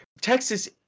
Texas